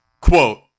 Quote